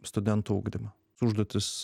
studentų ugdymą užduotys